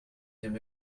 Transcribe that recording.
him